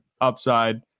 upside